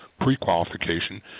pre-qualification